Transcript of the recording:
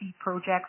projects